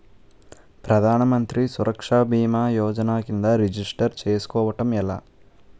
ప్రధాన మంత్రి సురక్ష భీమా యోజన కిందా రిజిస్టర్ చేసుకోవటం ఎలా?